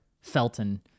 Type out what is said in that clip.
Felton